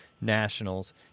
Nationals